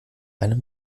einem